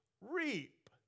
reap